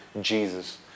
Jesus